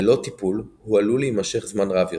ללא טיפול הוא עלול להמשך זמן רב יותר.